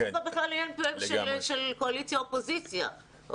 אין כאן עניין של קואליציה ואופוזיציה,